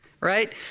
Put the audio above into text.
right